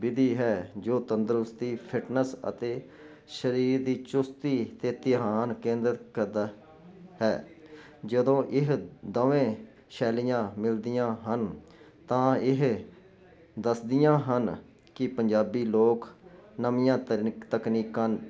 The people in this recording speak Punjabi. ਬਿਧੀ ਹੈ ਜੋ ਤੰਦਰੁਸਤੀ ਫਿਟਨਸ ਅਤੇ ਸਰੀਰ ਦੀ ਚੁਸਤੀ ਤੇ ਧਿਆਨ ਕੇਂਦਰ ਕਦਰ ਹੈ ਜਦੋਂ ਇਹ ਦੋਵੇਂ ਸੈਲੀਆਂ ਮਿਲਦੀਆਂ ਹਨ ਤਾਂ ਇਹ ਦੱਸਦੀਆਂ ਹਨ ਕਿ ਪੰਜਾਬੀ ਲੋਕ ਨਵੀਆਂ ਤਰਨੀ ਤਕਨੀਕਾਂ